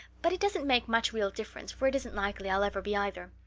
but it doesn't make much real difference for it isn't likely i'll ever be either.